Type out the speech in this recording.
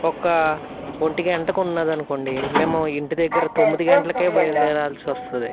ఒక ఒంటిగంటకు ఉన్నది అనుకోండి మేము ఇంటి దగ్గర తొమ్మిది గంటలకే బయలుదేరాల్సి వస్తుంది